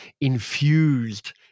infused